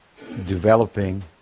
developing